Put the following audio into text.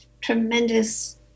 tremendous